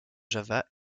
java